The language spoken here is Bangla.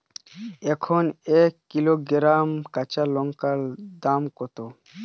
এখন এক কিলোগ্রাম কাঁচা লঙ্কার দাম কত?